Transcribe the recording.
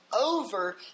over